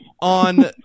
on